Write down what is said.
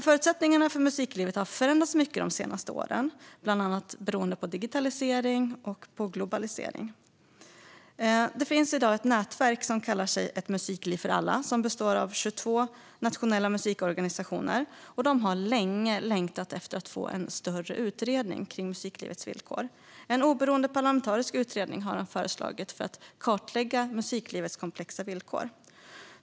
Förutsättningarna för musiklivet har förändrats mycket de senaste åren, bland annat beroende på digitalisering och globalisering. Det finns i dag ett nätverk som kallar sig Ett musikliv för alla och består av 22 nationella musikorganisationer. De har längtat efter att en större utredning ska göras kring musiklivets villkor och föreslår en oberoende parlamentarisk utredning för att kartlägga musiklivets komplexa villkor.